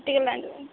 ଟିକେ ଲାଇନ୍ରେ ରୁହ